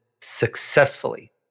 successfully